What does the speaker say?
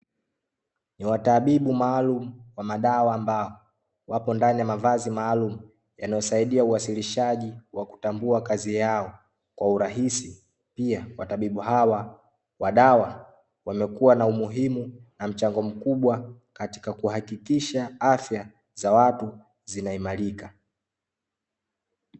Watabibu Maalumu wamadawa ambao wako ndani ya mavazi maalumu yanayosaidia uwasilishaji wa kutambua kazi yao kwa urahisi pia watabibu hawa wa dawa wamekuwa na umuhimu na mchango mkubwa katika kuhakikisha afya za watu zinaimarika.